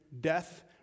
death